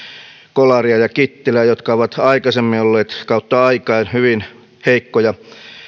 kolaria ja kittilää jotka ovat aikaisemmin olleet kautta aikain hyvin heikkoja